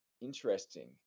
interesting